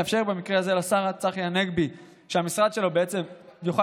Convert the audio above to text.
יאפשר במקרה הזה לשר צחי הנגבי שהמשרד שלו בעצם יוכל